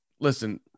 listen